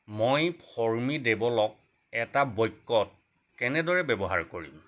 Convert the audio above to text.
মই ফ'ৰ্মিডেবলক এটা বক্যত কেনেদৰে ব্যৱহাৰ কৰিম